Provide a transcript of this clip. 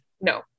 no